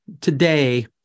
today